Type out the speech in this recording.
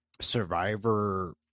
Survivor